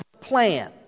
plan